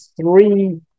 three